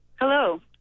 Hello